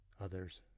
others